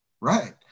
Right